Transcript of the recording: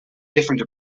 different